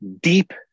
Deep